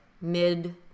mid